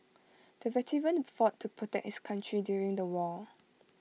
the veteran fought to protect his country during the war